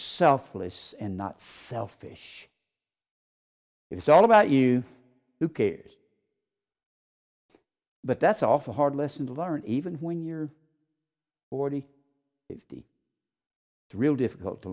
selfless and not selfish it's all about you who cares but that's often hard lesson to learn even when you're forty fifty to real difficult to